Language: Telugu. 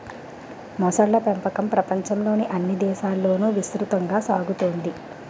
మొసళ్ళ పెంపకం ప్రపంచంలోని అన్ని దేశాలలోనూ విస్తృతంగా సాగుతోంది